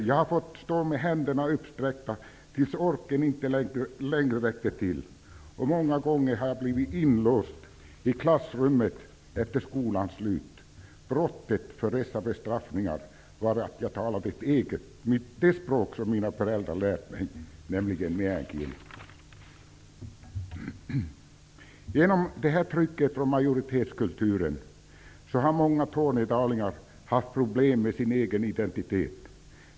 Jag har fått stå med händerna uppsträckta tills orken inte längre räckte till. Många gånger har jag blivit inlåst i klassrummet efter skolans slut. Brottet var att jag talat det språk som mina föräldrar hade lärt mig, nämligen Meän kieli. Genom det här trycket från majoritetskulturen har många tornedalingar haft problem med sin identitet.